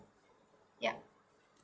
ya